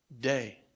day